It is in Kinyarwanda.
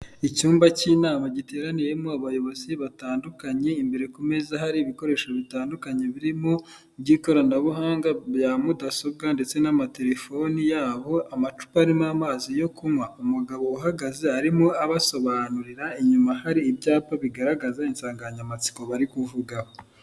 Icyumba cy'inama giteraniyemo abayobozi batandukanye, imbere ku meza hari ibikoresho bitandukanye birimo iby'ikoranabuhanga, ibya mudasobwa ndetse n'amaterefoni yabo, amacupa arimo amazi yo kunywa, umugabo uhagaze arimo abasobanurira, inyuma hari ibyapa bigaragaza insanganyamatsiko bari kuvugaho.